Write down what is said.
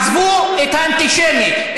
עזבו את האנטישמי,